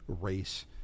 race